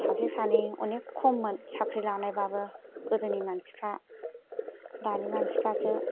सासे सानै अनेख खममोन साख्रि लानाय बाबो गोदोनि मानसिफ्रा दानि मानसिफ्रासो